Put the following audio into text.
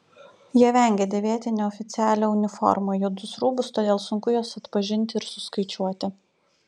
jie vengia dėvėti neoficialią uniformą juodus rūbus todėl sunku juos atpažinti ir suskaičiuoti